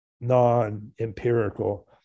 non-empirical